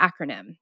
acronym